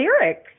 lyrics